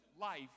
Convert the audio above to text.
life